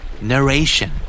Narration